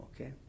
okay